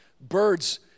Birds